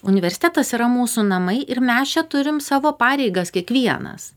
universitetas yra mūsų namai ir mes čia turim savo pareigas kiekvienas